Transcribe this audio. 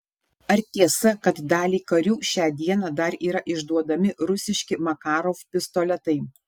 ar tiesa kad daliai karių šią dieną dar yra išduodami rusiški makarov pistoletai